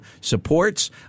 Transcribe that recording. supports